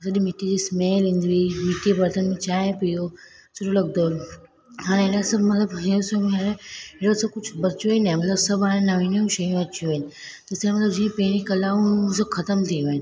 सॼी मिटीअ जी स्मेल ईंदी हुई मिटीअ जे बरतन में चांहि पियो सुठो लॻंदो हुओ हाणे हिन सभु मतलबु रियल सुख इहो आहे रियल सुख कुझु बचियो ई नाहे मतलबु सभु हाणे नवी नयूं शयूं अची वेयूं आहिनि ॾिसण वञो त जीअं पहिरीं कलाऊं सभु ख़तमु थी वेयूं आहिनि